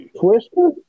Twister